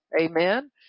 amen